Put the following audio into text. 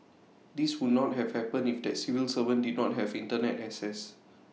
this would not have happened if that civil servant did not have Internet access